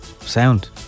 sound